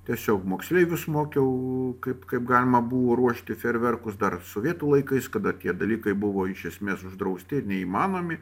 tiesiog moksleivius mokiau kaip kaip galima buvo ruošti ferverkus dar sovietų laikais kada tie dalykai buvo iš esmės uždrausti ir neįmanomi